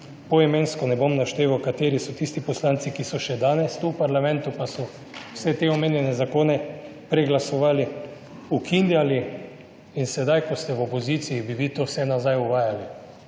Poimensko ne bom našteval, kateri so tisti poslanci, ki so še danes tukaj v parlamentu, pa so vse te omenjene zakone preglasovali, ukinjali in sedaj, ko ste v opoziciji, bi vi to vse nazaj uvajali.